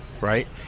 right